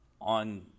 on –